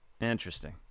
Interesting